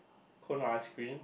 cone or ice cream